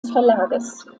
verlages